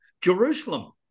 Jerusalem